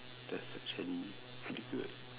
that's actually pretty good